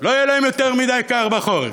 לא יהיה להם יותר מדי קר בחורף,